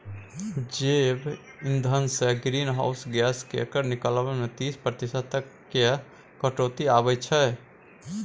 जैब इंधनसँ greenhouse gas केर निकलब मे तीस प्रतिशत तक केर कटौती आबय छै